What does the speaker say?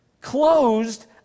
closed